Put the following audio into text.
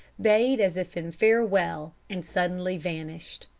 bayed as if in farewell, and suddenly vanished.